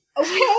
Okay